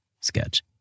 Sketch